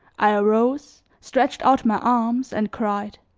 i arose, stretched out my arms, and cried